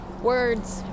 words